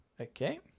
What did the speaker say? Okay